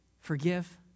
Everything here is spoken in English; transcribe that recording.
forgive